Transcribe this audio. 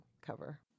cover